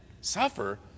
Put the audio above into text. suffer